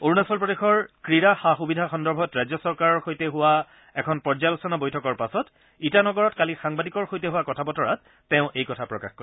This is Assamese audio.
অৰুণাচল প্ৰদেশৰ ক্ৰীড়া সা সুবিধা সন্দৰ্ভত ৰাজ্য চৰকাৰৰ সৈতে হোৱা এখন পৰ্যালোচনা বৈঠকৰ পাছত ইটানগৰত কালি সাংবাদিকৰ সৈতে হোৱা কথা বতৰাত তেওঁ এই কথা প্ৰকাশ কৰে